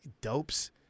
Dopes